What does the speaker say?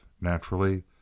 Naturally